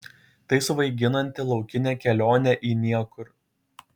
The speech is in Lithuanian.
tai svaiginanti laukinė kelionė į niekur